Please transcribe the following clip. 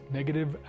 negative